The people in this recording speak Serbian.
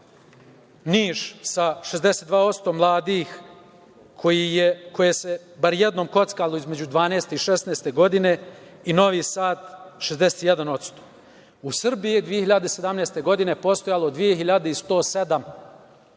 Niš sa 62% mladih koji su se bar jednom kockali između 12. i 16. godine i Novi Sad 61%.U Srbiji je 2017. godine postojalo 2.107